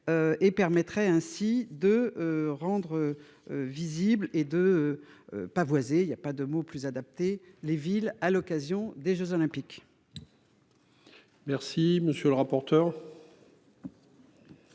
Et permettrait ainsi de rendre. Visibles et de. Pavoiser il y a pas de mot plus adapté les villes à l'occasion des Jeux olympiques. Merci monsieur le rapporteur.